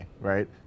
right